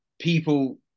people